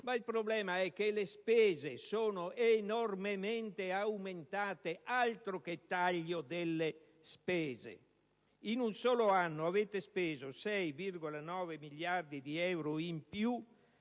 ma il problema è che le spese sono enormemente aumentate: altro che taglio delle spese! In un solo anno avete speso 6,9 miliardi di euro in più